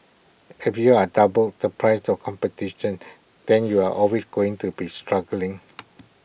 if you are double the price of competition then you are always going to be struggling